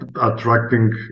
attracting